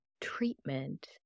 treatment